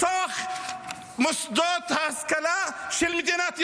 בתוך מוסדות ההשכלה של מדינת ישראל,